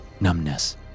numbness